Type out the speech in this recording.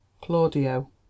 claudio